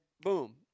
boom